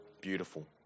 beautiful